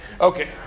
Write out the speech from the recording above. Okay